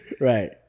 Right